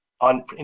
on